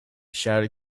shouted